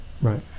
Right